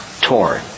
torn